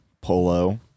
Polo